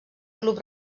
club